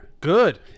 Good